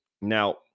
Now